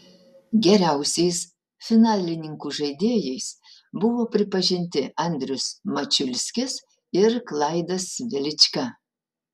geriausiais finalininkų žaidėjais buvo pripažinti andrius mačiulskis ir klaidas velička